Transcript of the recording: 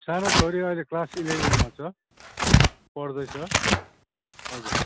सानो छोरी अहिले क्लास इलेभेनमा छ पढ्दैछ हजुर